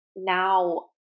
Now